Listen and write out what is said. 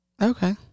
Okay